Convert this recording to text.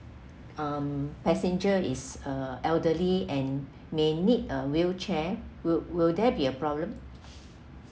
um passenger is a elderly and may need a wheelchair will will there be a problem